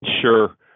Sure